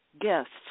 guests